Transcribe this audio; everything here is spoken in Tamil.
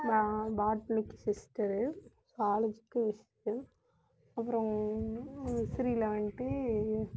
பா பாட்னிக்கு சிஸ்டர் காலேஜிக்கு அப்புறம் முசிறியில் வந்துட்டு